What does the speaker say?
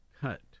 cut